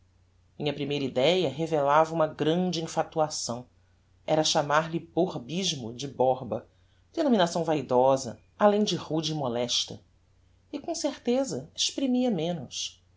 minha primeira idéa revelava uma grande enfatuação era chamar-lhe borbismo de borba denominação vaidosa além de rude e molesta e com certeza exprimia menos